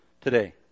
today